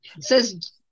says